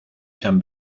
san